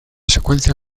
secuencia